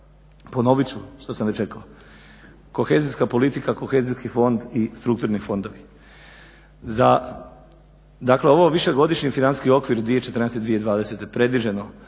ponovit ću što sam već rekao, kohezijska politika, kohezijski fond i strukturni fondovi. Dakle, ovo višegodišnji financijski okvir 2014. i 2020. predviđeno